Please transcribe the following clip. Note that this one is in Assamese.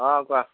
অ' কোৱা